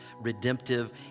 redemptive